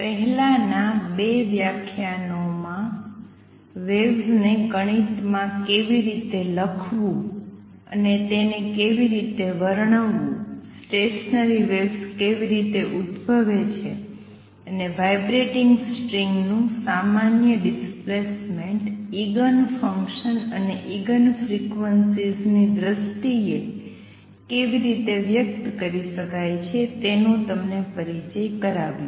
પહેલાનાં ૨ વ્યાખ્યાનો માં વેવ્સ ને ગણિતમાં કેવી રીતે લખવું તેને કેવી રીતે વર્ણવવું સ્ટેશનરી વેવ્સ કેવી રીતે ઉદ્ભવે છે અને વાઇબ્રેટિંગ સ્ટ્રિંગનું સામાન્ય ડિસ્પ્લેસ્મેંટ ઇગન ફંકસન્સ અને ઇગન ફ્રીક્વન્સીઝ ની દ્રષ્ટિએ કેવી રીતે વ્યક્ત કરી શકાય છે તેનો તમને પરિચય કરાવિયો